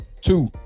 Two